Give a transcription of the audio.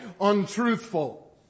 untruthful